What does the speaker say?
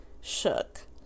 Shook